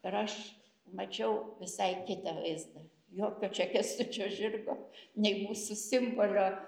ir aš mačiau visai kitą vaizdą jokio čia kęstučio žirgo nei mūsų simbolio